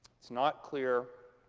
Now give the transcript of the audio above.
it's not clear